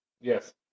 Yes